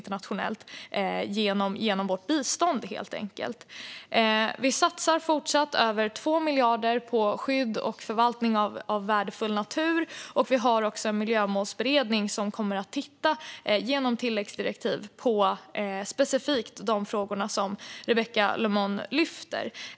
Regeringen satsar fortsatt över 2 miljarder på skydd och förvaltning av värdefull natur, och Miljömålsberedningen kommer genom tilläggsdirektiv att titta specifikt på de frågor som Rebecka Le Moine lyfter fram.